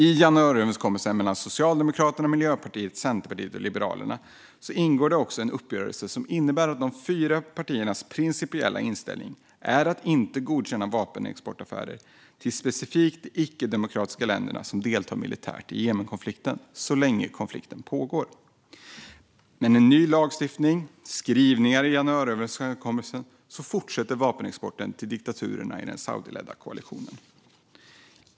I januariöverenskommelsen mellan Socialdemokraterna, Miljöpartiet, Centerpartiet och Liberalerna ingår det också en uppgörelse som innebär att de fyra partiernas principiella inställning är att inte godkänna vapenexportaffärer till specifikt de icke-demokratiska länder som deltar militärt i Jemenkonflikten så länge konflikten pågår. Men med ny lagstiftning och skrivningar i januariöverenskommelsen fortsätter vapenexporten till diktaturerna i den saudiledda koalitionen.